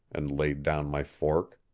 and laid down my fork.